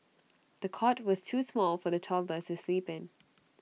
the cot was too small for the toddler to sleep in